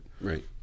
right